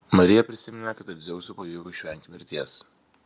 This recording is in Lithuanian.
marija prisiminė kad ir dzeusui pavyko išvengti mirties